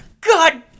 God